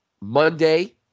Monday